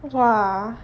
!wah!